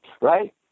right